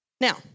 Now